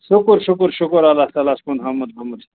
شُکُرشُکُر شُکُر اَللہ تالاہَس کُن حَمُد حَمُد حَمُد